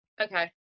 Okay